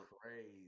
crazy